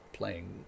playing